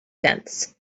fence